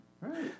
Right